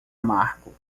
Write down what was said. amargo